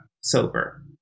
sober